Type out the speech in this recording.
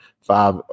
five